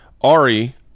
Ari